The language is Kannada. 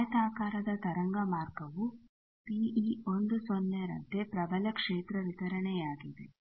ಆಯತಾಕಾರದ ತರಂಗ ಮಾರ್ಗವು ಟಿಈ 10 ರಂತೆ ಪ್ರಬಲ ಕ್ಷೇತ್ರವಿತರಣೆಯಾಗಿದೆ